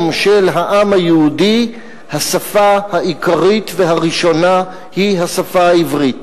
של העם היהודי השפה העיקרית והראשונה היא השפה העברית.